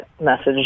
message